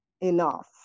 enough